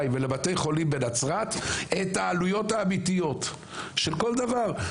ולבתי החולים בנצרת את העלויות האמיתיות של כל דבר.